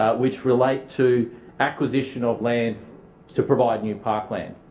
ah which relate to acquisition of land to provide new parkland.